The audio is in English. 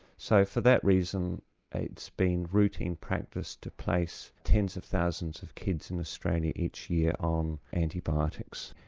so for that reason it's been routine practice to place tens of thousands of kids in australia each year on antibiotics.